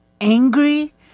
angry